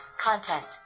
Content